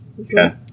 Okay